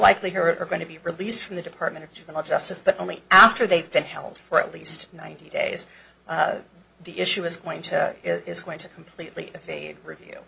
likelihood are going to be released from the department of juvenile justice but only after they've been held for at least ninety days the issue is going to is going to completely if they review